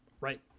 Right